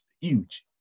huge